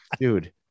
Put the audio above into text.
Dude